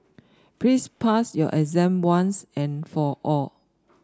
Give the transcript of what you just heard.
please pass your exam once and for all